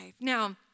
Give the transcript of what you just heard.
now